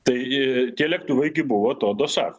tai tie lėktuvai gi buvo to dosafo